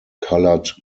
coloured